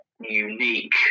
unique